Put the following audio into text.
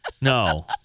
No